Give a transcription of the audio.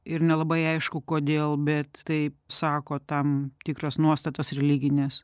ir nelabai aišku kodėl bet taip sako tam tikros nuostatos religinės